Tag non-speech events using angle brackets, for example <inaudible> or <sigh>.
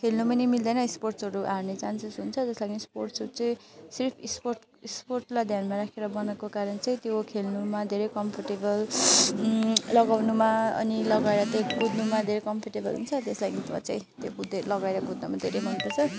खेल्नु पनि मिल्दैन स्पोर्ट्सहरू हार्ने चान्सेस हुन्छ जस लागि स्पोर्ट्सहरू चाहिँ सिर्फ स्पोर्ट स्पोर्ट लागि ध्यानमा राखेर बनाएको कारण चाहिँ त्यो खेल्नुमा धेरै कम्फोर्टेबल लगाउनुमा अनि लगाएर चाहिँ कुद्नुमा धेरै कम्फोर्टेबल हुन्छ त्यस <unintelligible> चाहिँ त्यो बुझ्दा लगाएर कुद्दामा धेरै मनपर्छ